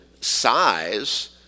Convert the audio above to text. size